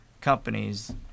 companies